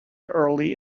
early